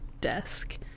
desk